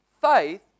faith